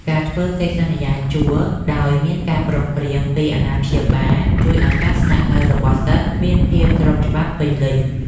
ការធ្វើកិច្ចសន្យាជួលដោយមានការព្រមព្រៀងពីអាណាព្យាបាលជួយឱ្យការស្នាក់នៅរបស់សិស្សមានភាពស្របច្បាប់ពេញលេញ។